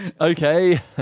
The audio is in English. Okay